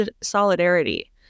solidarity